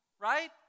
right